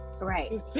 Right